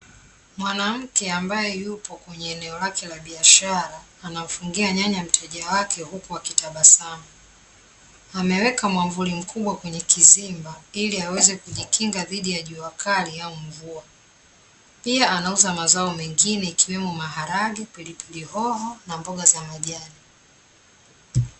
Mwanamke ambaye yupo kwenye eneo lake la biashara, anamfungia nyanya mteja wake huku akitabasamu. Ameweka mwavuli mkubwa kwenye kizimba ili aweze kujikinga dhidi ya juakali au mvua. Pia anauza mazao mengine ikiwemo maharage, pilipili hoho na mboga za majani.